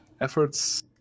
efforts